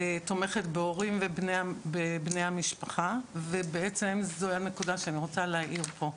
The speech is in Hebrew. תומכת בהורים ובבני המשפחה ובעצם זו הנקודה שאני רוצה להעיר פה,